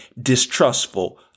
distrustful